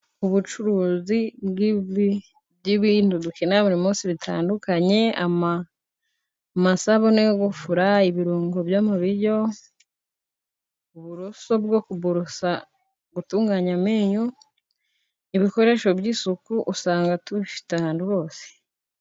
Ubucuruzi bw''ibintu dukenera buri munsi bitandukanye: amasabune yo gufura, ibirungo byo mu biryo, uburoso bwo kuborosa, gutunganya amenyo. Ibikoresho by'isuku usanga tubifite ahantu hose.